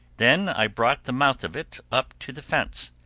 then i brought the mouth of it up to the fence,